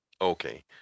Okay